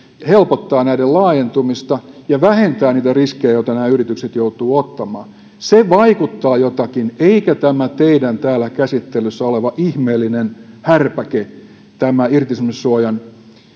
helpottaa näiden laajentumista ja vähentää niitä riskejä joita nämä yritykset joutuvat ottamaan se vaikuttaa jotakin eikä tämä teidän täällä käsittelyssä oleva ihmeellinen härpäke tämä irtisanomissuojan